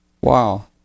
Wow